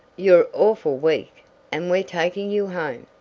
you're awful weak and we're taking you home.